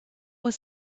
was